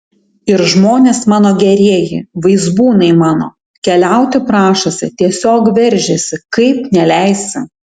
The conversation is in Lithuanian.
ir žmonės mano gerieji vaizbūnai mano keliauti prašosi tiesiog veržiasi kaip neleisi